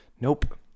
Nope